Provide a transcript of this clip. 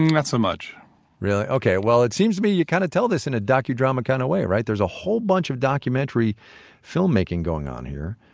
not so much really? ok. well, it seems to me you kind of tell this in a docudrama kind of way, right? there's a whole bunch of documentary filmmaking going on here,